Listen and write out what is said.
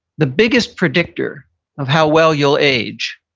the biggest predictor of how well you'll age,